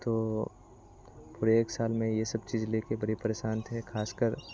तो फिर एक साल में ये सब चीज लेकर बड़े परेशान थे खासकर